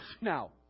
Now